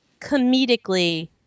comedically